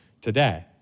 today